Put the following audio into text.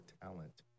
talent